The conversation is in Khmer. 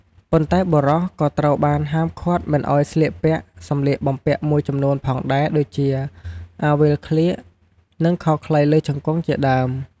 ប៉ុន្តែបុរសក៏ត្រូវបានហាមឃាតមិនឲ្យស្លៀកពាក់សម្លៀកបំពាក់មួយចំនួនផងដែរដូចជា អាវវាលក្លៀក និងខោខ្លីលើជង្គង់ជាដើម។